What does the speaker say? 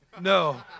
no